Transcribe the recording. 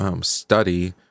study